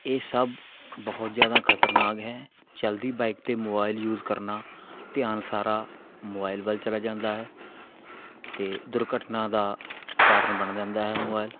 ਇਹ ਸਭ ਬਹੁਤ ਜ਼ਿਆਦਾ ਖ਼ਤਰਨਾਕ ਹੈ ਚਲਦੀ ਬਾਈਕ 'ਤੇ ਮੋਬਾਈਲ ਯੂਜ ਕਰਨਾ ਧਿਆਨ ਸਾਰਾ ਮੋਬਾਈਲ ਵੱਲ ਚਲਾ ਜਾਂਦਾ ਹੈ ਅਤੇ ਦੁਰਘਟਨਾ ਦਾ ਕਾਰਨ ਬਣ ਜਾਂਦਾ ਹੈ ਮੋਬਾਈਲ